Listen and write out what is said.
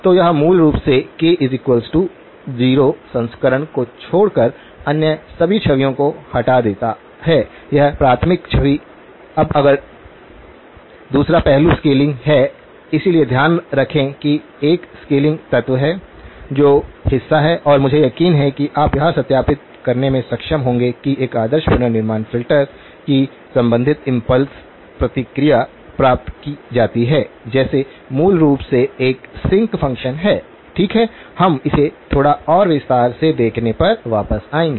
तो यह मूल रूप से k 0 संस्करण को छोड़कर अन्य सभी छवियों को हटा देता है या प्राथमिक छवि अब दूसरा पहलू स्केलिंग है इसलिए ध्यान रखें कि एक स्केलिंग तत्व है जो हिस्सा है और मुझे यकीन है कि आप यह सत्यापित करने में सक्षम होंगे कि एक आदर्श पुनर्निर्माण फ़िल्टर की संबंधित इम्पल्स प्रतिक्रिया प्राप्त की जाती है जैसे मूल रूप से एक सिंक फंक्शन है ठीक है हम इसे थोड़ा और विस्तार से देखने पर वापस आएंगे